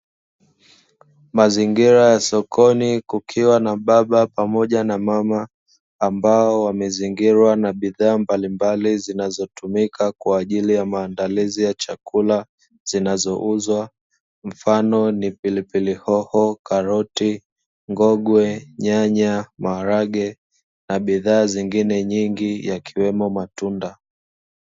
Mazingira ya sokoni kukiwa na baba pamoja na mama ambao wamezingirwa na bidhaa mbalimbali zinazotumika kwa ajili ya maandalizi ya chakula zinazouzwa, mfano ni pilipili hoho, karoti, ngogwe, nyanya maharage na bidhaa zingine nyingi yakiwemo matunda.